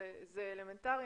זה אלמנטרי.